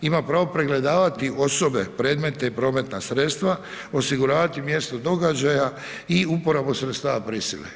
Ima pravo pregledavati osobe, predmete i prometna sredstva, osiguravati mjesto događaja i uporabu sredstava prisile.